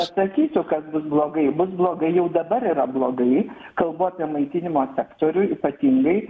atsakysiu kas bus blogai bus blogai jau dabar yra blogai kalbu apie maitinimo sektorių ypatingai